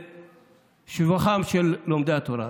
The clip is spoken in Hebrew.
בשבחם של לומדי התורה.